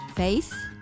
Faith